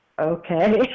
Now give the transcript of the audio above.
okay